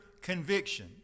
conviction